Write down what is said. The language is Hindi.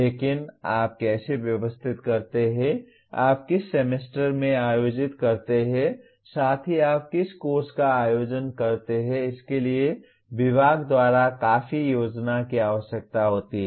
लेकिन आप कैसे व्यवस्थित करते हैं आप किस सेमेस्टर में आयोजित करते हैं साथ ही आप किस कोर्स का आयोजन करते हैं इसके लिए विभाग द्वारा काफी योजना की आवश्यकता होती है